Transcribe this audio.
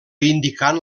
indicant